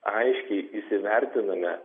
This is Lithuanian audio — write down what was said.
aiškiai įsivertiname